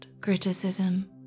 criticism